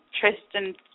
Tristan